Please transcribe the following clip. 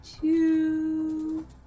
two